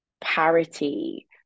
parity